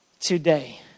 today